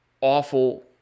awful